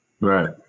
Right